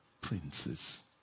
princes